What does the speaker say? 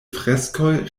freskoj